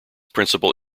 principal